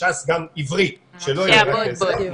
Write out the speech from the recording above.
משה אבוטבול.